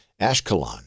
Ashkelon